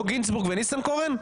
לא גינזבורג וניסנקורן?